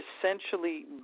essentially